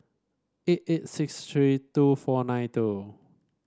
eight eight six three two four nine two